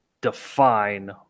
define